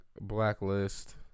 Blacklist